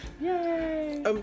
Yay